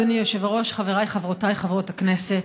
אדוני היושב-ראש, חבריי, חברותיי חברות הכנסת,